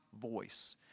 voice